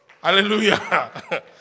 Hallelujah